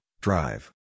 drive